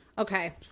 Okay